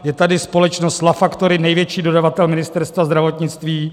Je tady společnost LA Factory, největší dodavatel Ministerstva zdravotnictví.